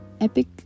epic